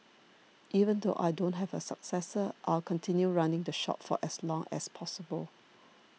even though I don't have a successor I'll continue running the shop for as long as possible